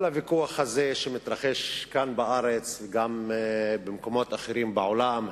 כל הוויכוח הזה שמתרחש כאן בארץ וגם במקומות אחרים בעולם,